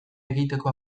egiteko